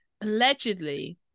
Allegedly